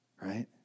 Right